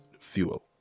fuel